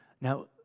Now